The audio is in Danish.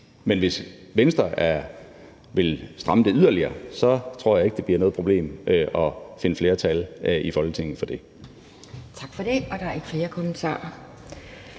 Men hvis Venstre vil stramme det yderligere, tror jeg ikke, det bliver noget problem at finde flertal i Folketinget for det.